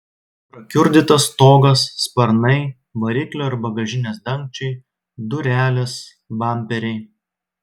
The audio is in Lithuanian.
prakiurdytas stogas sparnai variklio ir bagažinės dangčiai durelės bamperiai